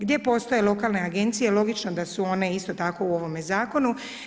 Gdje postoje lokalne agencije logično da su one isto tako u ovome zakonu.